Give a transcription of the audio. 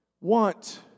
want